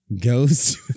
Ghost